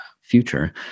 future